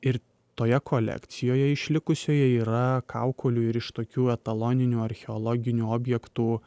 ir toje kolekcijoje išlikusioje yra kaukolių ir iš tokių etaloninių archeologinių objektų